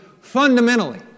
fundamentally